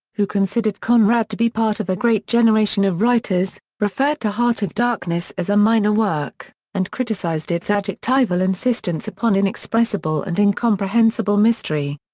who considered conrad to be part of a great generation of writers, referred to heart of darkness as a minor work and criticized its adjectival insistence upon inexpressible and incomprehensible mystery.